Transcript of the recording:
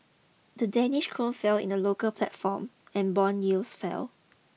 the Danish krone fell in the local platform and bond yields fell